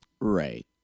Right